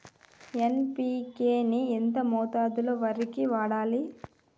NPK ని ఎంత మోతాదులో వరికి వాడాలి?